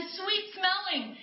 sweet-smelling